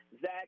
Zach